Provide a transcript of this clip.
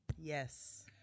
Yes